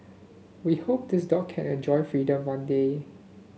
we hope this dog can enjoy freedom one day